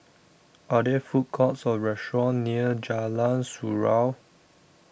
Are There Food Courts Or restaurants near Jalan Surau